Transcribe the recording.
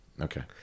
Okay